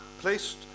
placed